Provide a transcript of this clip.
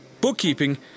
bookkeeping